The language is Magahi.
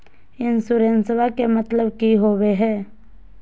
इंसोरेंसेबा के मतलब की होवे है?